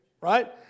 right